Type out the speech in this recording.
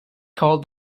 called